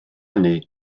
hynny